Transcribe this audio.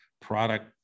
product